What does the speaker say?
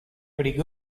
pretty